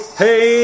hey